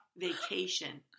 Vacation